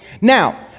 Now